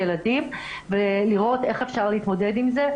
ילדים ולראות איך אפשר להתמודד עם זה.